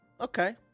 Okay